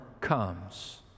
comes